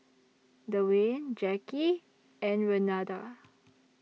Dewayne Jacky and Renada